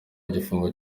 igifungo